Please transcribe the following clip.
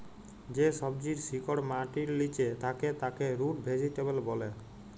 যে সবজির শিকড় মাটির লিচে থাক্যে তাকে রুট ভেজিটেবল ব্যলে